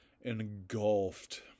engulfed